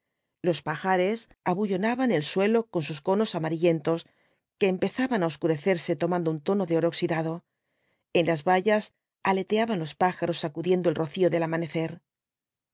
los pajares abullonaban el suelo con sus conos amarillentos que empezaban á obscurecerse tomando un tono de oro oxidado en las vallas aleteaban los pájaros sacudiendo el rocío del amanecer